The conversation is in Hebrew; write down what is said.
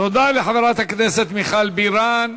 תודה לחברת הכנסת מיכל בירן.